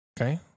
Okay